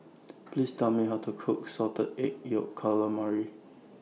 Please Tell Me How to Cook Salted Egg Yolk Calamari